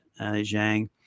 Zhang